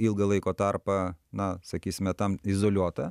ilgą laiko tarpą na sakysime tam izoliuota